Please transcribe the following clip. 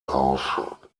auf